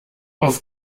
auf